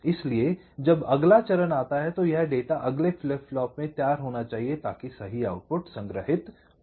इसलिए जब अगला चरण आता है तो यह डेटा अगले फ्लिप फ्लॉप में तैयार होना चाहिए ताकि सही आउटपुट संग्रहित हो जाए